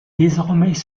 désormais